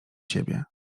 siebie